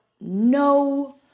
no